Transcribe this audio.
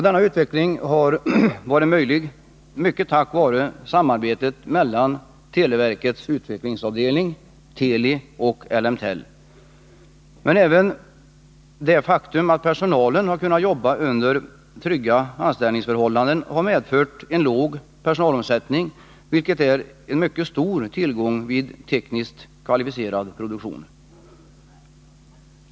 Denna utveckling har varit möjlig mycket tack vare samarbetet mellan televerkets utvecklingsavdelning, Teli, och Ellemtel. Men även det faktum att personalen har kunnat arbeta under trygga anställningsförhållanden har medfört en låg personalomsättning, vilket är en mycket stor tillgång vid tekniskt kvalificerad produktion.